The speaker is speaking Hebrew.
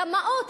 רמאות,